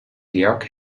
georg